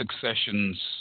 successions